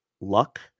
luck